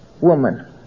woman